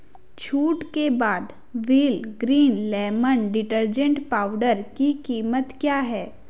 छूट के बाद Wheel green lemon detergent powder की कीमत क्या है